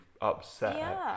upset